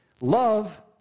Love